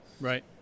Right